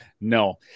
no